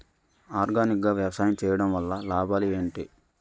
Organic గా వ్యవసాయం చేయడం వల్ల లాభాలు ఏంటి?